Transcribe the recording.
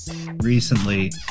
recently